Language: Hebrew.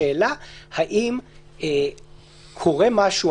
השאלה היא האם קורה משהו,